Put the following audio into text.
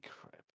crap